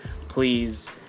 please